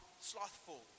slothful